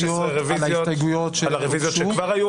על הרביזיות שכבר היו.